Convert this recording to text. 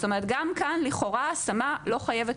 זאת אומרת גם כאן לכאורה השמה לא חייבת